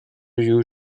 you